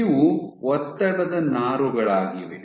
ಇವು ಒತ್ತಡದ ನಾರುಗಳಾಗಿವೆ